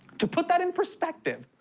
to put that in perspective,